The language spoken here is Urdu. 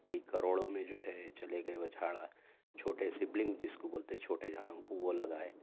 کئی کروڑوں میں جو ہے چلے گئے وہ جھاڑیاں چھوٹے سبلنگ جس کو بولتے ہیں جھوٹے جھاڑاؤں کو وہ لگائے